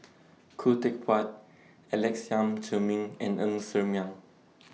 Khoo Teck Puat Alex Yam Ziming and Ng Ser Miang